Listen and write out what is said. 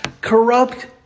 corrupt